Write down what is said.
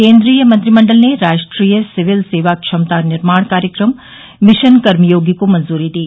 केन्द्रीय मंत्रिमंडल ने राष्ट्रीय सिविल सेवा क्षमता निर्माण कार्यक्रम मिशन कर्मयोगी को मंजूरी दी